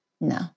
No